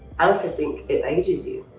i also think it ages you.